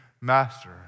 Master